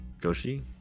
Goshi